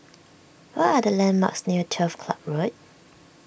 what are the landmarks near Turf Club Road